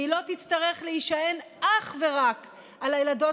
והיא לא תצטרך להישען אך ורק על הילדות